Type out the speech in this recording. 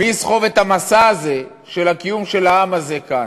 מי יסחוב את המסע הזה של הקיום של העם הזה כאן?